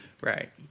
Right